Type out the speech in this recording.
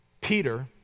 Peter